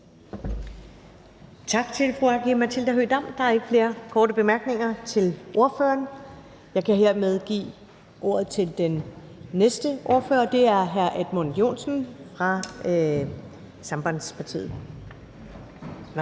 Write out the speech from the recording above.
Tak til fru Aki-Matilda Høegh-Dam. Der er ikke flere korte bemærkninger til ordføreren. Jeg kan hermed give ordet til den næste ordfører. Det er hr. Edmund Joensen fra Sambandspartiet. Kl.